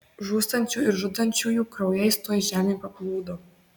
žūstančių ir žudančiųjų kraujais tuoj žemė paplūdo